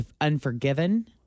Unforgiven